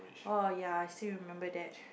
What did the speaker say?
oh ya I still remember that